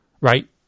Right